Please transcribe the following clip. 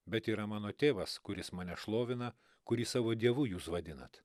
bet yra mano tėvas kuris mane šlovina kurį savo dievu jūs vadinat